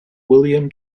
william